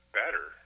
better